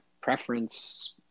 preference